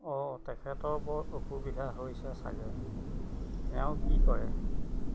অঁ তেখেতৰ বৰ অসুবিধা হৈছে চাগে তেওঁ কি কৰে